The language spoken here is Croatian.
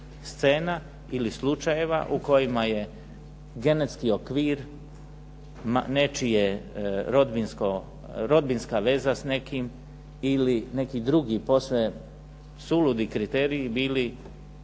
ili slučajeva u kojima je genetski okvir nečije rodbinsko, rodbinska veza s nekim ili neki drugi posve suludi kriteriji bili